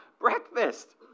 breakfast